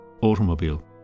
automobile